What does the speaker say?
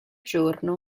giorno